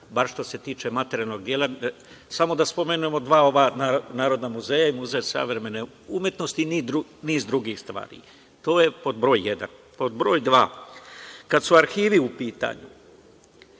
bar što se tiče materijalnog dela. Samo da spomenem ova dva narodna muzeja - Muzej savremene umetnosti i niz drugih stvari. To je pod broj jedan. Pod broj dva, kada su arhivi u pitanju,